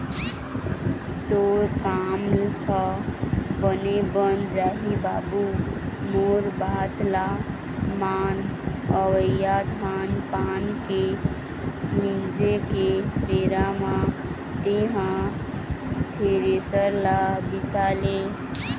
तोर काम ह बने बन जाही बाबू मोर बात ल मान अवइया धान पान के मिंजे के बेरा म तेंहा थेरेसर ल बिसा ले